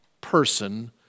person